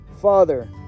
Father